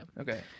Okay